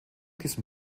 diesem